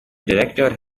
director